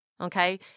okay